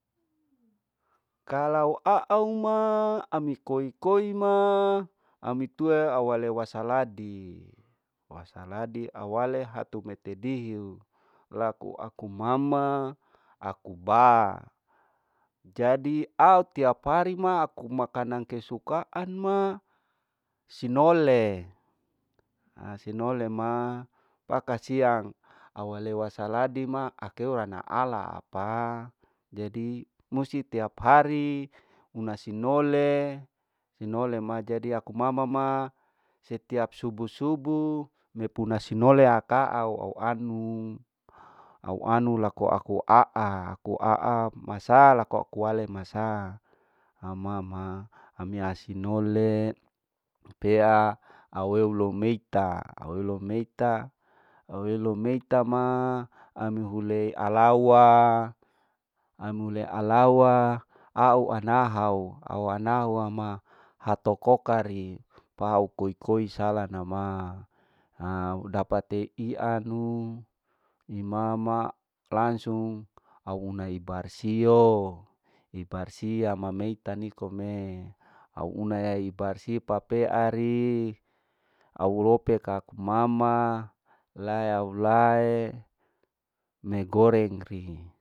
kalau aau ma ami koi koi ma ami tue ami wasaladi, wasaladi aweheu hatu metedihiu laku aku mama aku ba, jadi au tiap hari ma aku makanan kesukaan ma sinole, sinole ma wa kasiang au wale wasaladi ma akei rana ala apa musti tiap hari una sinoli, sinoli ma jadi aku mama ma setiap subuh subuh mepuna sinole aka au, au anu, au anu laku aku aamasa laku aku wale masa mama ma ami asinole itea awew lomeita, awew lomeita, awew loumeita ma ami hulei alawa, ami hulei ana au anahau, au anahwa ma hatokokari pau koi koi sala nama aa udapate ianu imama langsung au una ibarsioo, ibarsi ama meita nikome, au unaya ibarsi papeari au lope kak mama lae au lae me goreng ri.